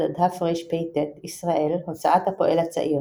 תרס"ד-תרפ"ט, ישראל הוצאת הפועל הצעיר.